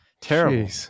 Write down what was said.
terrible